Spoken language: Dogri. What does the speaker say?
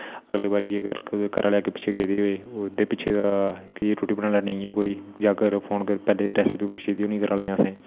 अगली बारी अगर कुदे घरे आहले कुदे अग्गे पिच्छे गेदे होऐ उंदे पिच्छे से रोटी बनाई लेनी जां घरो फौन करना ते पहले दी रेसिपी पुच्छी दी होनी घरा आहले कोला असें